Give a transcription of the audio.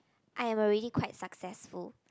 I am already quite successful